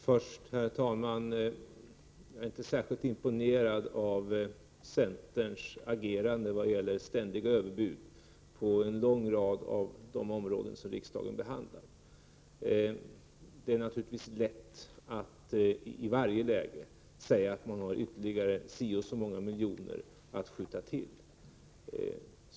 Herr talman! Jag är inte särskilt imponerad av centerns agerande i vad gäller ständiga överbud på en lång rad av de områden som riksdagen behandlar. Det är naturligtvis lätt att i varje läge säga att man har ytterligare si eller så många miljoner att skjuta till.